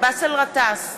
באסל גטאס,